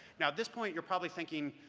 now at this point you're probably thinking,